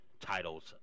titles